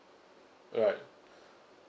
right